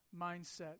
mindset